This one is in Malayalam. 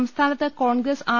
സംസ്ഥാനത്ത് കോൺഗ്രസ് ആർ